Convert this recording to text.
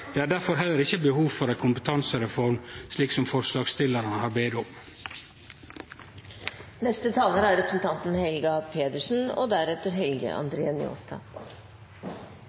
heller ikkje behov for ei kompetansereform, slik som forslagsstillarane